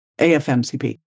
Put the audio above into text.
AFMCP